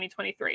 2023